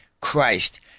Christ